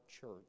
church